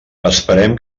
esperem